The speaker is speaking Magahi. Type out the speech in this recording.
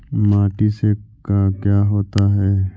माटी से का क्या होता है?